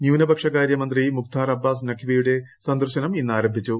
ന്യൂനപക്ഷകാര്യ മന്ത്രി മുഖ്താർ അബ്ബാസ് നഖ്വിയുടെ സന്ദർശനം ഇന്നാരംഭിച്ചു